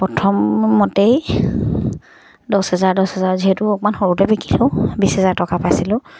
প্ৰথমতেই দছ হেজাৰ দছ হেজাৰ যিহেতু অকণমান সৰুতে বিকিলো বিছ হেজাৰ টকা পাইছিলোঁ